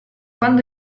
quando